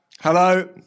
Hello